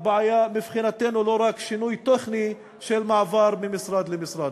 ומבחינתנו, לא רק שינוי טכני של מעבר ממשרד למשרד.